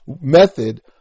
method